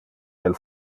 del